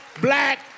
black